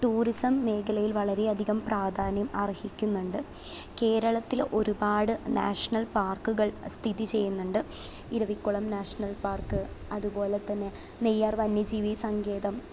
tourism മേഖലയിൽ വളരെയധികം പ്രാധാന്യം അർഹിക്കുന്നുണ്ട് കേരളത്തില് ഒരുപാട് നാഷണൽ പാർക്കുകൾ സ്ഥിതി ചെയ്യുന്നുണ്ട് ഇരവിക്കുളം നാഷണൽ പാർക്ക് അതുപോലെ തന്നെ നെയ്യാർ വന്യജീവിസങ്കേതം